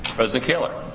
president kaler.